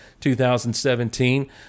2017